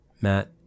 Matt